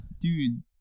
Dude